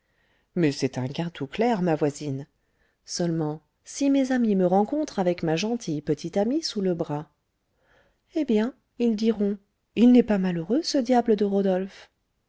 mais c'est un gain tout clair ma voisine seulement si mes amis me rencontrent avec ma gentille petite amie sous le bras eh bien ils diront il n'est pas malheureux ce diable de rodolphe